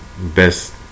best